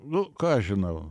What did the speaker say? nu ką aš žinau